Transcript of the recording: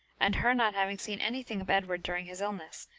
and her not having seen anything of edward during his illness,